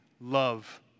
love